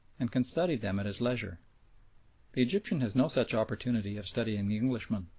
and can study them at his leisure. the egyptian has no such opportunity of studying the englishman.